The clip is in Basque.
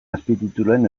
azpitituluen